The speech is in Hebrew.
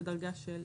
דרגה ב',